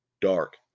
Dark